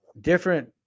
Different